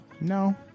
No